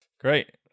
Great